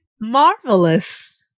marvelous